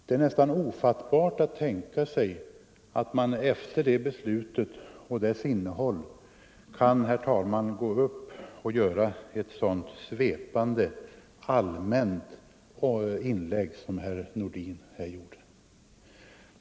Det är nästan ofattbart att tänka sig, herr talman, att man efter det beslutet och dess innehåll kan gå upp och göra ett sådant svepande och allmänt inlägg som herr Nordin här gjorde.